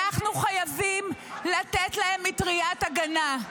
אנחנו חייבים לתת להם מטריית הגנה.